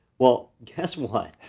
well guess what,